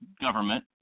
government